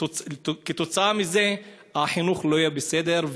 כתוצאה מזה, החינוך לא יהיה בסדר.